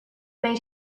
made